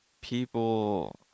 People